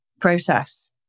process